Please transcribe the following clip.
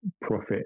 profit